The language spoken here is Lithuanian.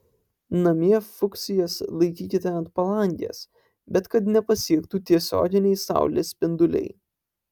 namie fuksijas laikykite ant palangės bet kad nepasiektų tiesioginiai saulės spinduliai